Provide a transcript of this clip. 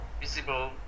visible